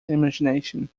imagination